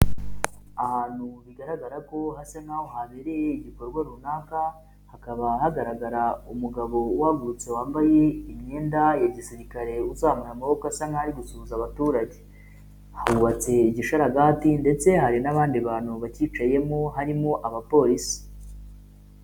Ahantu bigaragara ko hasa nk'aho habereye igikorwa runaka, hakaba hagaragara umugabo uhagutse wambaye imyenda ya gisirikare uzamuha amaboko asa nkaho ari gusuhuza abaturage. Hubatse igisharagati ndetse hari n'abandi bantu bakiyicayemo, harimo abapolisi.